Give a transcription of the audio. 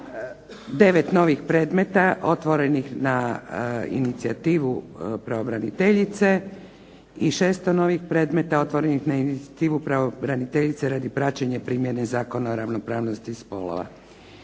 9 novih predmeta otvorenih na inicijativu pravobraniteljice i 600 novih predmeta otvorenih na inicijativu pravobraniteljice radi praćenja primjene Zakona o ravnopravnosti spolova.